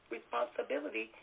responsibility